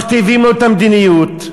מכתיבים לו את המדיניות,